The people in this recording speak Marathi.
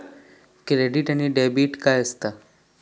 क्रेडिट आणि डेबिट काय असता?